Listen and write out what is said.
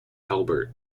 albert